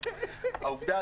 העובדה,